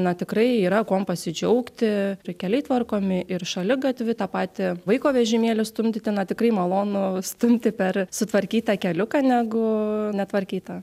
na tikrai yra kuom pasidžiaugti ir keliai tvarkomi ir šaligatviai tą patį vaiko vežimėlį stumdyti na tikrai malonu stumti per sutvarkytą keliuką negu netvarkytą